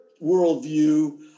worldview